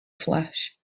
flesh